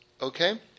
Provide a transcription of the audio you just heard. okay